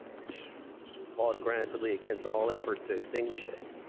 which fall rapidly against all efforts to extinguish it.